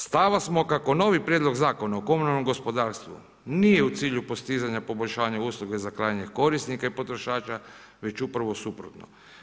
Stava smo kako novi Prijedlog zakona o komunalnom gospodarstvu nije u cilju postizanja poboljšanja usluge za krajnje korisnike potrošača, već upravo suprotno.